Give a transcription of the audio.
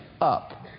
up